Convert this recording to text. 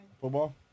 football